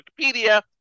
Wikipedia